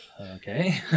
Okay